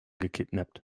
gekidnappt